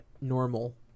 normal